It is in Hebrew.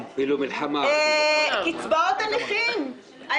קצבאות הנכים,